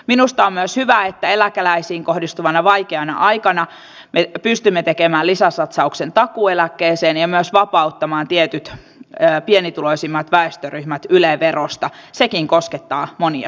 minusta on myös hyvä että eläkeläisiin kohdistuvana vaikeana aikana me pystymme tekemään lisäsatsauksen takuueläkkeeseen ja myös vapauttamaan tietyt pienituloisimmat väestöryhmät yle verosta sekin koskettaa monia suomalaisia